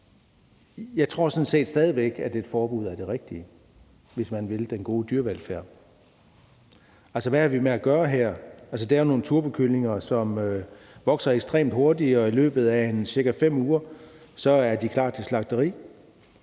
Jeg tror sådan set stadig væk, at et forbud er det rigtige, hvis man vil den gode dyrevelfærd. Det, vi har at gøre med her, er turbokyllinger, der vokser ekstremt hurtigt, og løbet af cirka 5 uger er de klar til slagteriet.